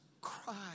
cry